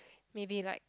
maybe like